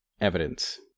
Evidence